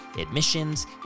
admissions